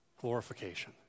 Glorification